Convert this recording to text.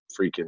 freaking